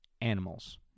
Animals